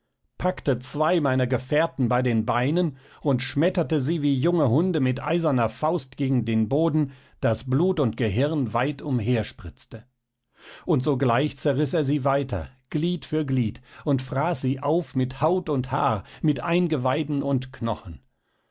packte zwei meiner gefährten bei den beinen und schmetterte sie wie junge hunde mit eiserner faust gegen den boden daß blut und gehirn weit umherspritzte und sogleich zerriß er sie weiter glied für glied und fraß sie auf mit haut und haar mit eingeweiden und knochen